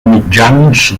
mitjans